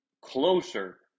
closer